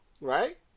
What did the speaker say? right